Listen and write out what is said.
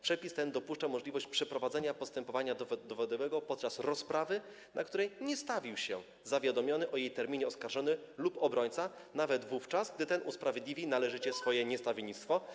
Przepis ten dopuszcza możliwość przeprowadzenia postępowania dowodowego podczas rozprawy, na której nie stawił się zawiadomiony o jej terminie oskarżony lub obrońca, nawet wówczas, gdy ten usprawiedliwi należycie swoje niestawiennictwo.